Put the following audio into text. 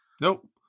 Nope